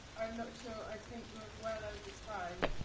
i'm not sure. i think we are well over time.